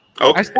Okay